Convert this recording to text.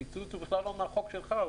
הפיצוץ הוא בכלל לא מהחוק שלך,